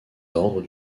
ordres